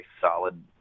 solid